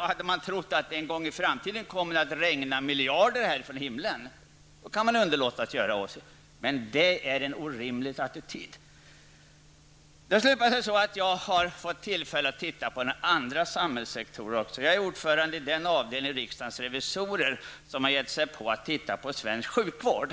Hade man trott att det en gång i framtiden skulle komma att regna miljarder från himlen, så hade man kunnat låta bli att genomföra detta beslut. Men det är en orimlig attityd. Jag har också fått tillfälle att studera andra samhällssektorer. Jag är ordförande i den avdelning av riksdagens revisorer som har gett sig på att studera svensk sjukvård.